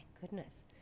goodness